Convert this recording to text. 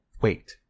wait